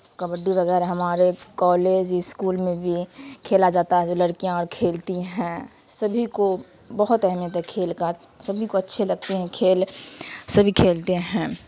کبڈی وغیرہ ہمارے college school میں بھی کھیلا جاتا ہے جو لڑکیاں اور کھیلتی ہیں سبھی کو بہت اہمیت ہے کھیل کا سبھی کو اچھے لگتے ہیں کھیل سبھی کھیلتے ہیں